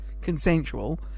Consensual